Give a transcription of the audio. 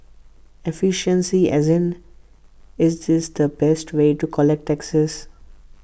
efficiency as in is this the best way to collect taxes